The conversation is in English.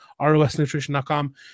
rosnutrition.com